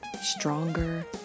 stronger